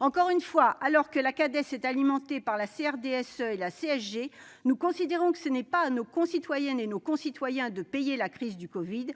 Encore une fois, alors que la Cades est alimentée par la CRDS et la CSG, nous considérons que ce n'est pas à nos concitoyennes et nos concitoyens de payer la crise liée au covid-19